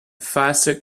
faster